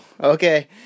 Okay